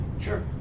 Sure